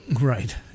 Right